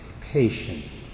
patience